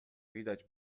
widać